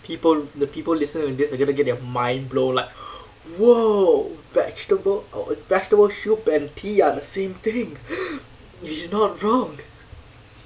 people the people listening to this are gonna get their mind blown like !whoa! vegetable vegetable soup and tea are the same thing he's not wrong